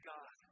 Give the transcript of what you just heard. God